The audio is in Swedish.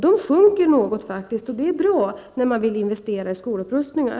Nu sjunker priserna något, och det är bra om man vill investera i skolupprustningar.